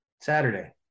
saturday